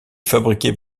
fabriqué